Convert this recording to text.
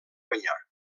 guanyar